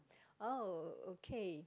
oh okay